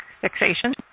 fixation